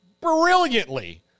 brilliantly